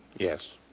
yes.